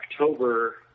October